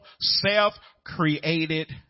self-created